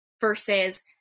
versus